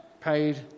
paid